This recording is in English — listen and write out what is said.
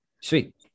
Sweet